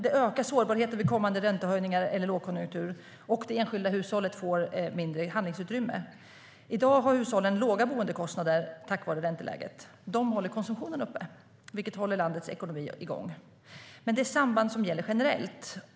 Det ökar sårbarheten vid kommande räntehöjningar eller lågkonjunktur, och det enskilda hushållet får mindre handlingsutrymme. I dag har hushållen låga boendekostnader tack vare ränteläget. De håller konsumtionen uppe, vilket håller landets ekonomi igång. Men det är samband som gäller generellt.